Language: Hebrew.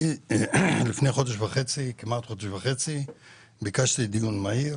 לפני כחודש וחצי ביקשתי דיון מהיר